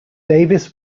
davies